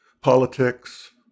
politics